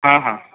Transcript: ହଁ ହଁ